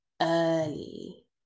early